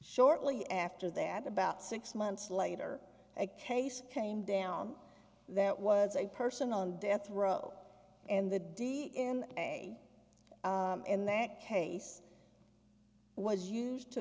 shortly after that about six months later a case came down that was a person on death row and the d in a in that case was used to